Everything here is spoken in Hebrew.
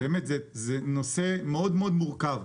זה נושא מאוד מאוד מורכב,